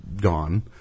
gone